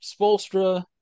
Spolstra